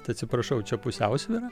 tai atsiprašau čia pusiausvyra